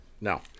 No